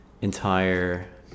entire